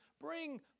Bring